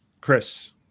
Chris